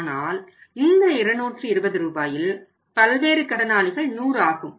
ஆனால் இந்த 220 ரூபாயில் பல்வேறு கடனாளிகள்100 ஆகும்